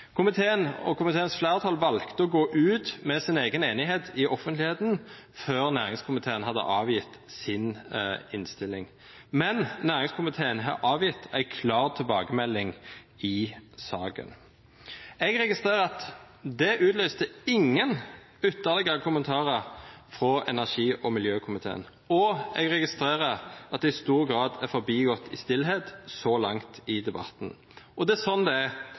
Komiteen og komiteens flertall valgte å gå ut med sin egen enighet i offentligheten før næringskomiteen hadde avgitt sin innstilling, men næringskomiteen har avgitt en klar tilbakemelding i saken. Jeg registrerer at det utløste ingen ytterligere kommentarer fra energi- og miljøkomiteen, og jeg registrerer at det i stor grad er forbigått i stillhet så langt i debatten. Og det er sånn det er: